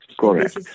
correct